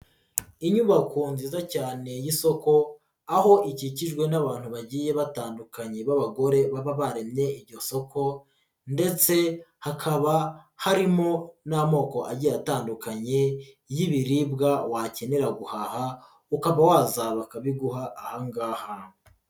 Inyubako nziza cyane y'isoko aho ikikijwe n'abantu bagiye batandukanye b'abagore baba baremye iryo soko ndetse hakaba harimo n'amoko agiye atandukanye y'ibiribwa wakenera guhaha ukaba waza bakabiguha aha ngaha.